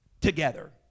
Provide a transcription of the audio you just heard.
together